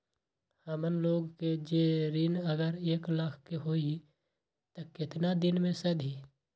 हमन लोगन के जे ऋन अगर एक लाख के होई त केतना दिन मे सधी?